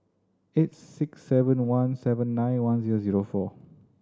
eight six seven one seven nine one zero zero four